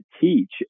teach